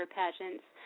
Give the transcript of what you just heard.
pageants